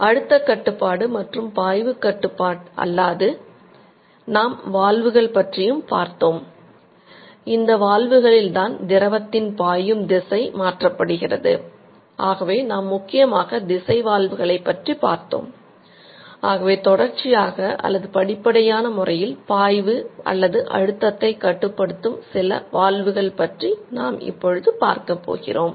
அழுத்த கட்டுப்பாடு முறையில் பாய்வு அல்லது அழுத்தத்தை கட்டுப்படுத்தும் சில வால்வுகள் பற்றி நாம் இப்பொழுது பார்க்கப் போகிறோம்